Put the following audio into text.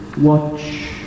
watch